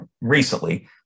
recently